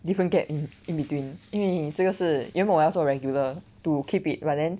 different gap in in between 因为这个是原本我要做 regular to keep it but then